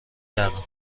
کردم